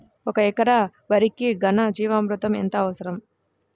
ఒక ఎకరా వరికి ఘన జీవామృతం ఎంత అవసరం?